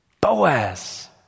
Boaz